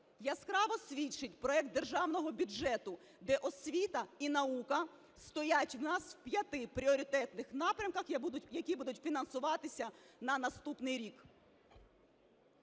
яскраво свідчить проект державного бюджету, де освіта і наука стоять у нас в п'яти пріоритетних напрямках, які будуть фінансуватися на наступний рік.